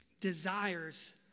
desires